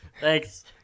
Thanks